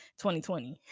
2020